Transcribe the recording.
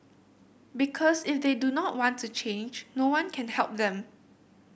because if they do not want to change no one can help them